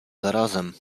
zarazem